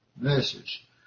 message